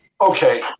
Okay